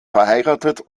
verheiratet